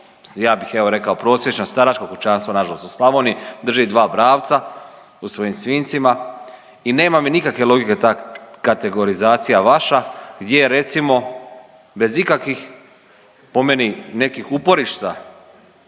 ja bih evo rekao prosječno staračko kućanstvo na žalost u Slavoniji drži dva bravca u svojim svinjcima i nema mi nikakve logike ta kategorizacija vaša gdje recimo bez ikakvih po meni nekih uporišta